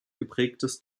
geprägtes